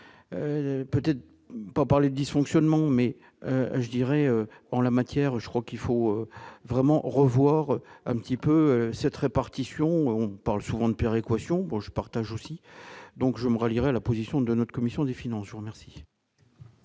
peut-être pas par les dysfonctionnements, mais je dirais en la matière, je crois qu'il faut vraiment revoir un petit peu cette répartition on parle souvent de péréquation, bon je partage aussi, donc je me rallie à la position de notre commission des finances jour merci.